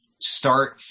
start